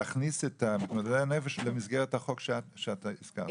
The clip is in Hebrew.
להכניס את מתמודדי הנפש למסגרת החוק שאת הזכרת.